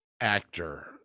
actor